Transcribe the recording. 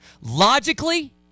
Logically